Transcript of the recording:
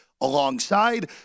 Alongside